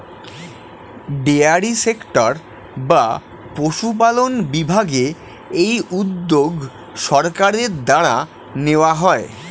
dairy sector বা পশুপালন বিভাগে এই উদ্যোগ সরকারের দ্বারা নেওয়া হয়